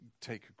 take